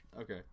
Okay